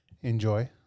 enjoy